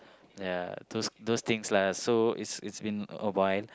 ya those those things lah so it's been awhile